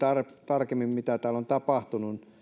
tarkemmin mitä täällä on tapahtunut